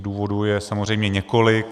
Důvodů je samozřejmě několik.